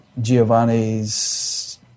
Giovanni's